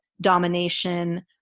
domination